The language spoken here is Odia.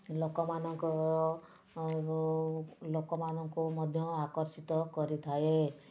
ଲୋକମାନଙ୍କର ଲୋକମାନଙ୍କୁ ମଧ୍ୟ ଆକର୍ଷିତ କରିଥାଏ